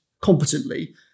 competently